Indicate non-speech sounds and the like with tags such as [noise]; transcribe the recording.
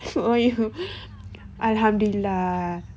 sure you [laughs] ah lah alhamdullilah lah